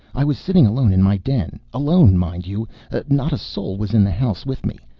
i was sitting alone in my den. alone, mind you not a soul was in the house with me.